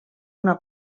una